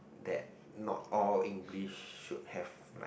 that not all English should have like